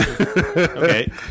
Okay